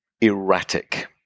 erratic